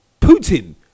Putin